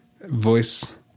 voice